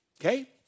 okay